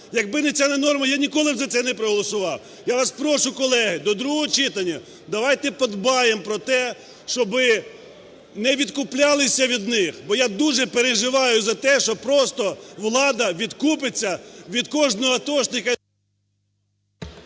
Якби не ця норма, я б ніколи за це не проголосував. Я вас прошу, колеги, до другого читання давайте подбаєм про те, щоби не відкуплялися від них, бо я дуже переживаю за те, що просто влада відкупиться від кожного атошника…